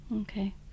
Okay